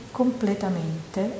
completamente